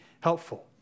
helpful